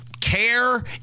care